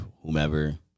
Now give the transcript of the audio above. whomever